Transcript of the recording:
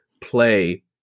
play